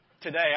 Today